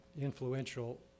influential